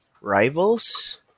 rivals